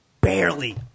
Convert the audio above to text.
Barely